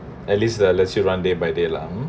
at least that lets you run day by day lah